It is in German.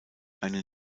einen